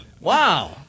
Wow